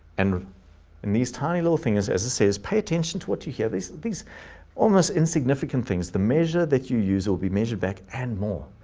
and in these tiny little things, as it says pay attention to what you hear these, almost insignificant things, the measure that you use will be measured back and more.